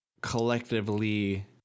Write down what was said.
collectively